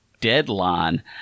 deadline